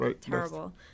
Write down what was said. Terrible